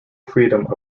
freedom